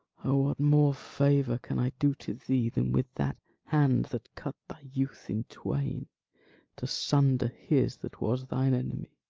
what more favour can i do to thee than with that hand that cut thy youth in twain to sunder his that was thine enemy?